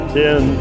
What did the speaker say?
ten